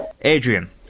Adrian